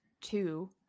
two